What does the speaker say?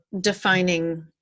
defining